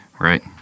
right